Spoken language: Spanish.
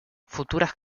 futuras